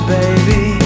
baby